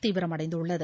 தீவிரமடைந்துள்ளது